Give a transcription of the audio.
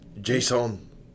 Jason